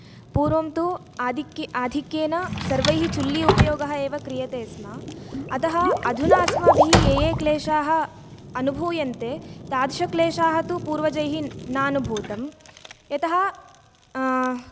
पूर्वं तु आधि आधिक्येन सर्वैः चुल्ली उपयोगः एव क्रियते स्म अतः अधुना अस्माभिः ये क्लेशाः अनुभूयन्ते तादृशक्लेशाः तु पूर्वजैः नानुभूतम् यतः